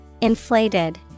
inflated